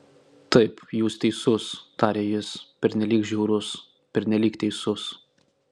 taip jūs teisus tarė jis pernelyg žiaurus pernelyg teisus